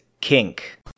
Kink